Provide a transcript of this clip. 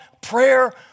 prayer